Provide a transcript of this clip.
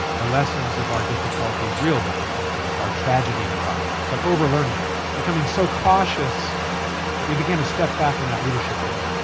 the lessons of our difficulties, real difficulties, our tragedy in iraq. but overlearning it, becoming so cautious that we began to step back in that leadership role.